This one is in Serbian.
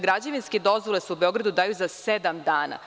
Građevinske dozvole se u Beogradu daju za sedam dana.